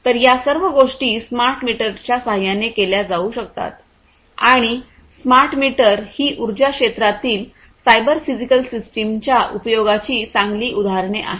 तर या सर्व गोष्टी स्मार्ट मीटरच्या सहाय्याने केल्या जाऊ शकतात आणि स्मार्ट मीटर ही उर्जा क्षेत्रातील सायबर फिजिकल सिस्टमच्या उपयोगाची चांगली उदाहरणे आहेत